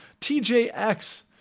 TJX